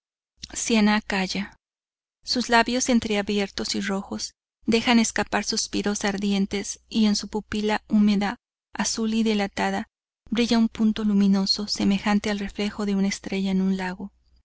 siannah calla sus labios entreabiertos y rojos dejan escapar suspiros ardientes y en su pupila húmeda azul y dilatada brilla un punto luminoso semejante al reflejo de una estrella en un lago